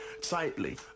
tightly